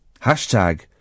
Hashtag